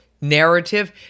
narrative